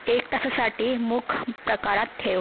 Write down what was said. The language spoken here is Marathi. एक तासासाठी मूक प्रकारात ठेव